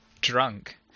drunk